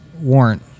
warrant